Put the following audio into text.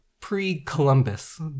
pre-Columbus